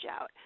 out